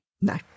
No